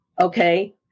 Okay